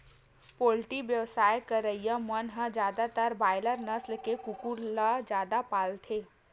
poultry बेवसाय करइया मन ह जादातर बायलर नसल के कुकरा ल जादा पालथे